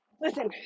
Listen